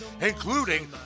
including